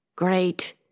Great